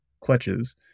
clutches